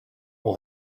will